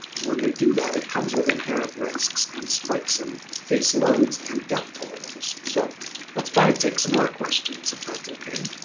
when we do that it comes with inherent risks and spikes and caseloads and death totals. so let's try to take some more questions if that's okay.